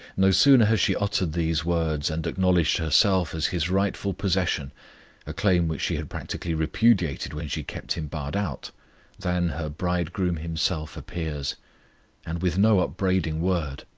no sooner has she uttered these words and acknowledged herself as his rightful possession a claim which she had practically repudiated when she kept him barred out than her bridegroom himself appears and with no upbraiding word,